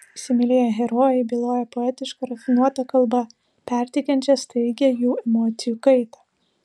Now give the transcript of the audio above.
įsimylėję herojai byloja poetiška rafinuota kalba perteikiančia staigią jų emocijų kaitą